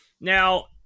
Now